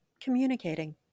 communicating